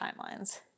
timelines